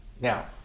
Now